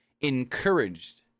encouraged